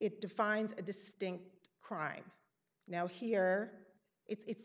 it defines a distinct crime now here it's